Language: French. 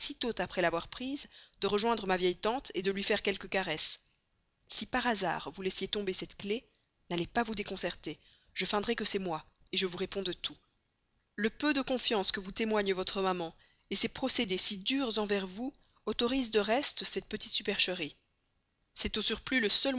après l'avoir prise de rejoindre ma vieille tante de lui faire quelques caresses si par hasard vous laissiez tomber cette clef n'allez pas vous déconcerter je feindrai que c'est moi je vous réponds de tout le peu de confiance que vous témoigne votre maman ses procédés si durs envers vous autorisent de reste cette petite supercherie c'est au surplus le